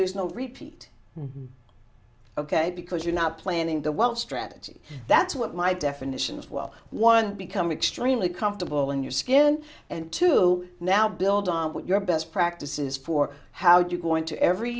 there's no repeat ok because you're not planning the world strategy that's what my definition is well one become extremely comfortable in your skin and to now build on what your best practices for how do you going to every